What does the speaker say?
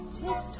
tick